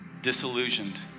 disillusioned